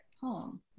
poem